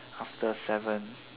after seven